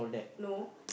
no